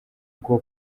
bwo